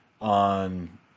on